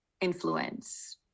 influence